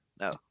No